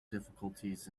difficulties